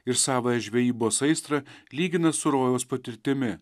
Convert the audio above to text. ir savąją žvejybos aistrą lygina su rojaus patirtimi